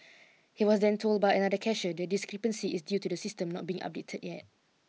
he was then told by another cashier the discrepancy is due to the system not being updated yet